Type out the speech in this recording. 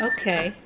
Okay